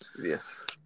Yes